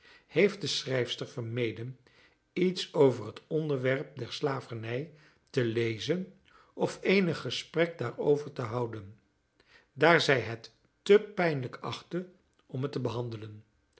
heeft de schrijfster vermeden iets over het onderwerp der slavernij te lezen of eenig gesprek daarover te houden daar zij het te pijnlijk achtte om het te behandelen